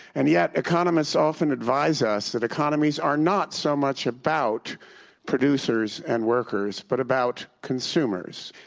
and yet economists often advise us that economies are not so much about producers and workers but about consumers.